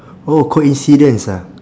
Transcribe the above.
oh coincidence ah